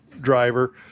driver